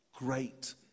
great